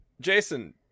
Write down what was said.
jason